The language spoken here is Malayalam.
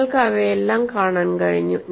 നിങ്ങൾക്ക് അവയെല്ലാം കാണാൻ കഴിഞ്ഞു